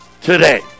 today